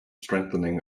strengthening